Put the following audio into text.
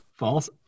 False